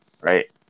Right